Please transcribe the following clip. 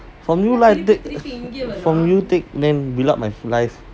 from you lah take from you take then build up my life